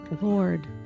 Lord